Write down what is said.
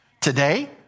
today